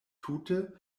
tute